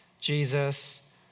Jesus